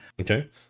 okay